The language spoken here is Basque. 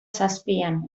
zazpian